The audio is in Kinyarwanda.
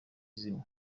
zimwe